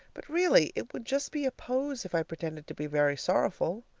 but really it would just be a pose if i pretended to be very sorrowful.